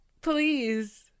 please